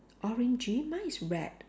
orangey mine is red